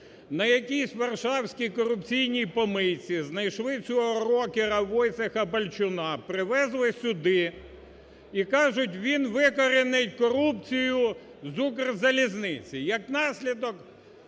На якійсь варшавській корупційній помийці знайшли цього рокера Войцеха Балчуна, привезли сюди і кажуть, він викоренить корупцію з "Укрзалізниці".